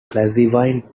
classifying